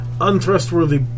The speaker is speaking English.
untrustworthy